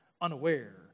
unaware